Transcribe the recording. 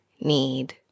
need